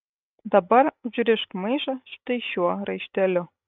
dabar užrišk maišą štai šiuo raišteliu